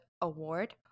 Award